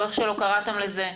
או איך שקראתם לזה,